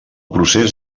procés